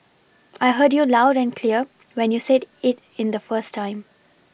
I heard you loud and clear when you said it in the first time